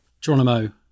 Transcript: Geronimo